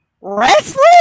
wrestling